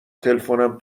تلفنم